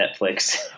Netflix